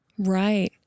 Right